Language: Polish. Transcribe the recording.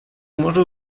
morzu